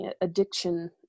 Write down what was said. addiction